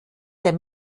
der